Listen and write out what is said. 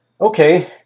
Okay